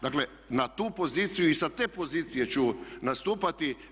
Dakle na tu poziciju i sa te pozicije ću nastupati.